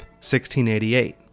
1688